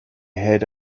had